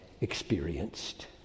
Experienced